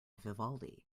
vivaldi